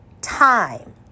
time